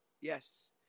Yes